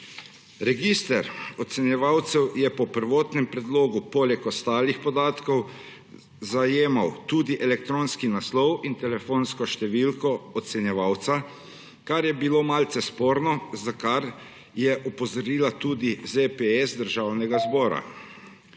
Register ocenjevalcev je po prvotnem predlogu poleg ostalih podatkov zajemal tudi elektronski naslov in telefonsko številko ocenjevalca, kar je bilo malce sporno, na kar je opozorila tudi ZPS Državnega zbora.